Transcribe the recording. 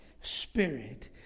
Spirit